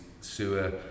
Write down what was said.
sewer